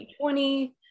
2020